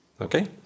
Okay